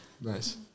Nice